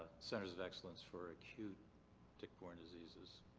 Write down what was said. centers of excellence for acute tick-borne diseases.